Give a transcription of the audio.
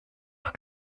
leur